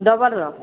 rubber ର